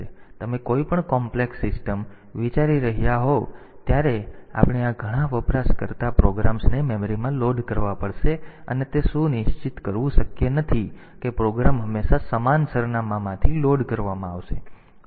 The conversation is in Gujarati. જેમ કે જ્યારે તમે કોઈપણ જટિલ સિસ્ટમ વિશે વિચારી રહ્યા હોવ ત્યારે આપણે આ ઘણા વપરાશકર્તા પ્રોગ્રામ્સને મેમરીમાં લોડ કરવા પડશે અને તે સુનિશ્ચિત કરવું શક્ય નથી કે પ્રોગ્રામ હંમેશા સમાન સરનામાંથી લોડ કરવામાં આવશે